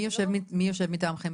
מי יושב מטעמנו בצוות?